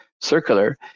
circular